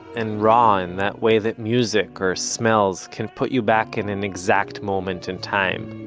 and raw, in that way that music, or smells, can put you back in an exact moment in time